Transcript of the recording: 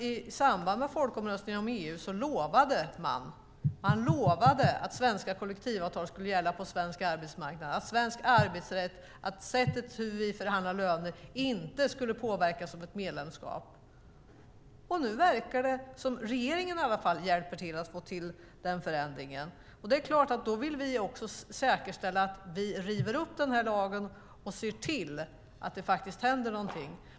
I samband med folkomröstningen om EU lovade man ju att svenska kollektivavtal skulle gälla på svensk arbetsmarknad och att svensk arbetsrätt och sättet som vi förhandlar löner på inte skulle påverkas av ett medlemskap. Nu verkar det som om regeringen i alla fall hjälper till att få till den förändringen. Det är klart att då vill vi också säkerställa att vi river upp den här lagen och ser till att det faktiskt händer någonting.